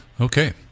Okay